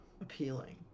appealing